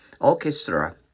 orchestra